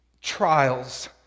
trials